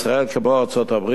ישראל כמו ארצות-הברית,